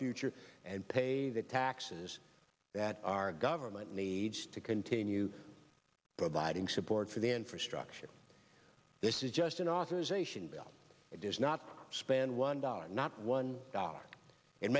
future and pay the taxes that our government needs to continue providing support for the infrastructure this is just an authorization bill that does not spend one dollar not one dollar it